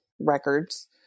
records